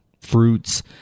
fruits